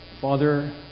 Father